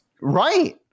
Right